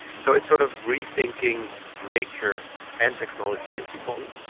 so it's sort of rethinking nature and technology into one,